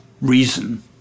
reason